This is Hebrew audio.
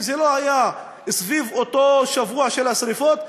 אם זה לא היה סביב אותו שבוע של השרפות,